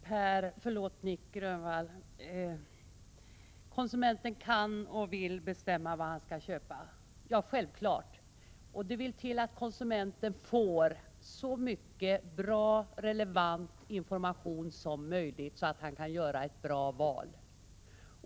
Herr talman! Jo, Nic Grönvall, konsumenten kan och vill bestämma vad han eller hon skall köpa. Självfallet är det så. Men det vill till att konsumenten får så mycken bra och relevant information som möjligt, så att han eller hon kan göra ett bra val.